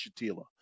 Shatila